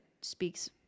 speaks